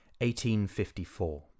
1854